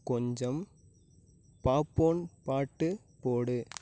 கொஞ்சம் பாப்போன் பாட்டு போடு